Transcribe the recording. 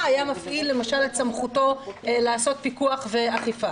היה מפעיל למשל את סמכותו לעשות פיקוח ואכיפה,